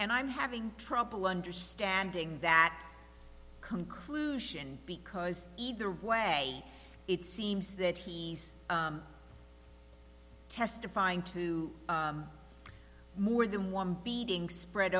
and i'm having trouble understanding that conclusion because either way it seems that he's testifying to more than one beating spread